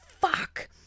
fuck